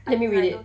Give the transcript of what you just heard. can you read it